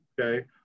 okay